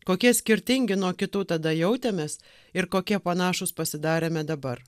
kokie skirtingi nuo kitų tada jautėmės ir kokie panašūs pasidarėme dabar